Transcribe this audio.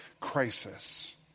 crisis